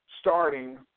starting